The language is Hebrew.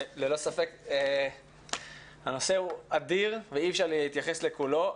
ללא ספק הנושא הוא אדיר ואי אפשר להתייחס לכולו,